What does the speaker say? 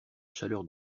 chaleur